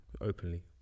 openly